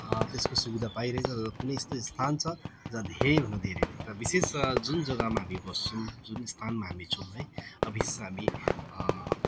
त्यसको सुविधा पाइरहेको कुनै यस्तो स्थान छ जहाँ धेरै भन्दा धेरै नै र विशेष जुन जगामा हामी बस्छौँ जुन स्थानमा हामी छौँ है विशेष हामी